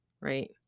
right